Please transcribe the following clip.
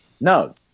No